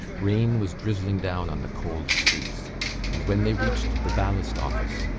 rain was drizzling down on the cold streets and, when they reached the ballast office,